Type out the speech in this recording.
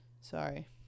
Sorry